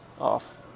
off